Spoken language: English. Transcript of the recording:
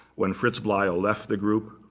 when fritz bleyl left the group,